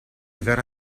verrà